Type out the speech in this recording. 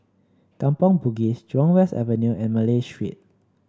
Kampong Bugis Jurong West Avenue and Malay Street